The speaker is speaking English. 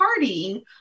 partying